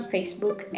Facebook